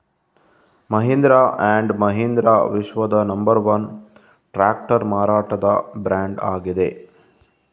Mahindra and Mahindra ವಿಶ್ವದ number one tractor ಮಾರಾಟದ brand ಆಗಿದೆ